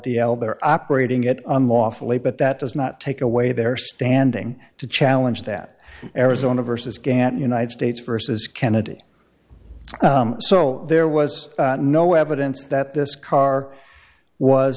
l they're operating it unlawfully but that does not take away their standing to challenge that arizona versus gant united states versus kennedy so there was no evidence that this car was